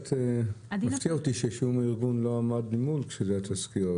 קצת מפתיע אותי ששום ארגון לא עמד ממול כשזה התזכיר.